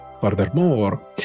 Furthermore